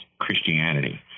Christianity